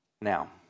Now